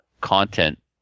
content